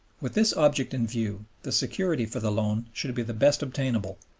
with this object in view, the security for the loan should be the best obtainable,